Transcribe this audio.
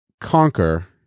conquer